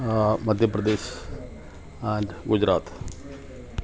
Madhya Pradesh and Gujarat